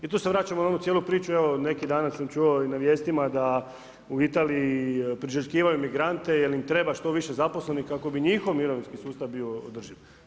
Tu se vraćamo na onu cijelu priču, neki dan sam čuo na vijestima da u Italiji priželjkivaju migrante jer im treba što više zaposlenih kako bi njihov mirovinski sustav bio održiv.